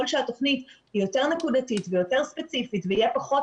שהתוכנית היא יותר נקודתית ויותר ספציפית ויהיה פחות